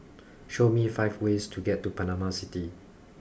show me five ways to get to Panama City